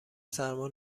سرما